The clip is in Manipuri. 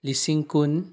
ꯂꯤꯁꯤꯡ ꯀꯨꯟ